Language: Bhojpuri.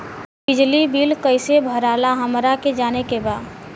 बिजली बिल कईसे भराला हमरा के जाने के बा?